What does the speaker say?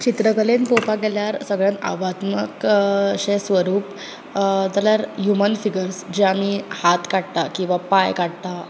चित्रकलेंत पळोवपाक गेल्यार सगळ्यांत आव्हात्मक अशें स्वरूप जाल्यार ह्यूमन फिगर्स जे आमी हात काडटा किवा पांय काडटा